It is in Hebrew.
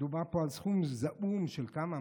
מדובר פה על סכום זעום של כמה,